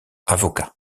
avocat